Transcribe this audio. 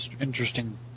interesting